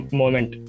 moment